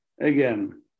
again